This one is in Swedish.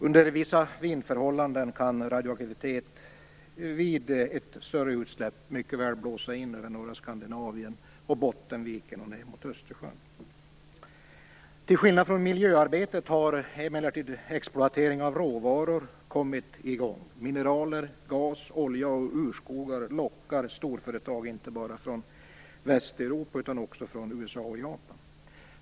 Under vissa vindförhållanden kan radioaktivitet vid ett större utsläpp mycket väl blåsa in över norra Skandinavien och Bottenviken och ned mot Östersjön. Till skillnad från miljöarbetet har emellertid exploatering av råvaror kommit i gång. Mineraler, gas, olja och urskogar lockar storföretag, inte bara från Västeuropa utan också från USA och Japan.